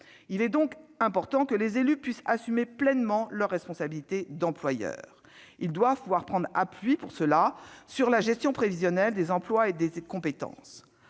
Il est donc important que les élus puissent assumer pleinement leur responsabilité d'employeur. Ils doivent pouvoir prendre appui pour cela sur la gestion prévisionnelle des emplois, des effectifs